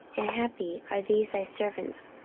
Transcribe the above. and happy are these thy servants,